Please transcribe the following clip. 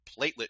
platelet